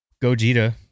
Gogeta